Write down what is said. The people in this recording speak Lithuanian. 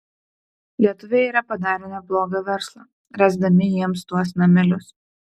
lietuviai yra padarę neblogą verslą ręsdami jiems tuos namelius